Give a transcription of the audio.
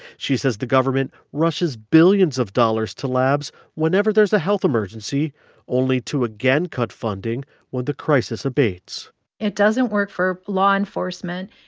she says the government rushes billions of dollars to labs whenever there's a health emergency only to again cut funding when the crisis abates it doesn't work for law enforcement.